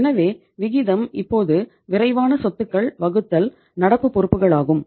எனவே விகிதம் இப்போது விரைவான சொத்துகள் வகுத்தல் நடப்பு பொறுப்புகளாகும்